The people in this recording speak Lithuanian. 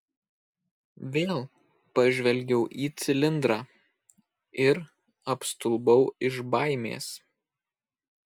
vėl pažvelgiau į cilindrą ir apstulbau iš baimės